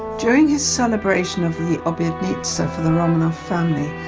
during his celebration of the obednitsa for the romanov family,